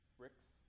bricks